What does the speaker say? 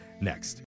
next